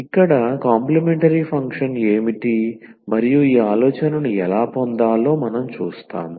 ఇక్కడ complementary function ఏమిటి మరియు ఈ ఆలోచనను ఎలా పొందాలో మనం చేస్తాము